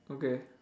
okay